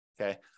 Okay